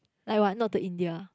like what not to India